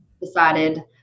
Decided